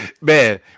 man